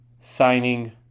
signing